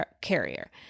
carrier